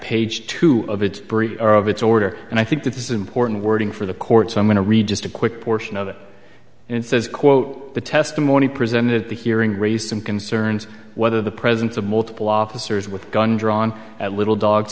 page two of its breach of its order and i think that this is important wording for the court so i'm going to read just a quick portion of it and it says quote the testimony presented at the hearing raised some concerns whether the presence of multiple officers with guns drawn at little dogs